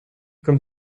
comme